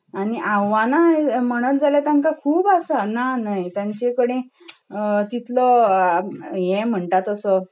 आनी आव्हानां म्हणत जाल्यार तांकां खूब आसात ना न्हय तांचे कडेन तितलो ये म्हणटा तसो